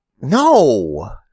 No